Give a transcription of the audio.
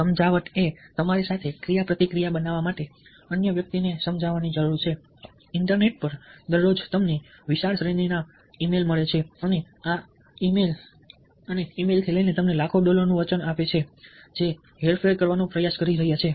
સમજાવટ એ તમારી સાથે ક્રિયાપ્રતિક્રિયા બનાવવા માટે અન્ય વ્યક્તિને સમજાવવાની જરૂર છે ઇન્ટરનેટ પર દરરોજ તમને વિશાળ શ્રેણીના ઈમેલ મળે છે અને આ ઈમેલ ઈ મેઈલથી લઈને તમને લાખો ડોલરનું વચન આપે છે જે હેરફેર કરવાનો પ્રયાસ કરી રહ્યા છે